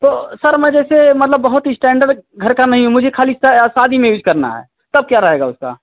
तो सर मैं जैसे मतलब बहुत ही इस्टैंडर घर का नहीं हूँ मुझे खाली शादी में ही करना है तब क्या रहेगा उसका